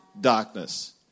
darkness